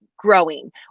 growing